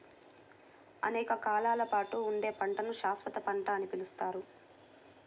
అనేక కాలాల పాటు ఉండే పంటను శాశ్వత పంట అని పిలుస్తారు